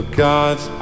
gods